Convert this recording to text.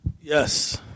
Yes